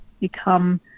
become